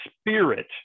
Spirit